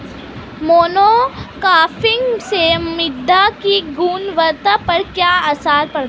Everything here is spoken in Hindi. मोनोक्रॉपिंग से मृदा की गुणवत्ता पर क्या असर पड़ता है?